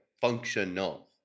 functional